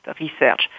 research